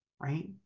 right